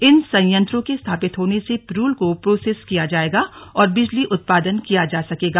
इन संयंत्रों के स्थापित होने से पिरूल को प्रोसेस किया जाएगा और बिजली उत्पादन किया जा सकेगा